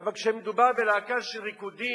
אבל כשמדובר בלהקה של ריקודים,